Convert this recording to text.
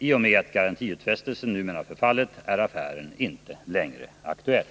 I och med att garantiutfästelsen numera förfallit är affären inte längre aktuell.